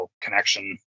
connection